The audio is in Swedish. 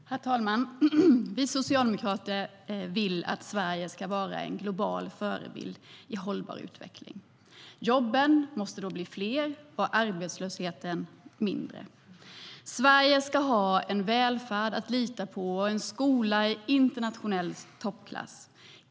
Herr talman! Vi socialdemokrater vill att Sverige ska vara en global förebild vad gäller hållbar utveckling. Jobben måste då bli fler och arbetslösheten mindre. Sverige ska ha en välfärd att lita på och en skola i internationell toppklass.